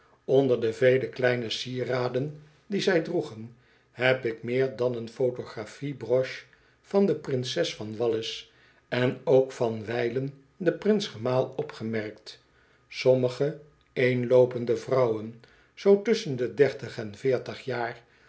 onder de vele kleine sieraden die zij droegen heb ik meer dan een photographi e broche van de prinses van wallis en nok van wijlen den prins gemaal opgemerkt sommige eenloopende vrouwen zoo tusschen de dertig en veertig jaar